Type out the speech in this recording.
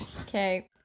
okay